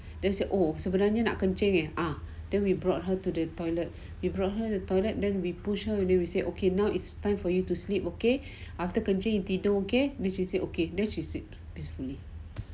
there's a oh sebenarnya nak kencing eh ah then we brought her to the toilet we brought her to the toilet then we pushed her we say okay now it's time for you to sleep okay after kencing you tidur okay and then she say okay then she sleep peacefully